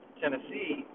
Tennessee